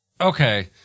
okay